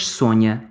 sonha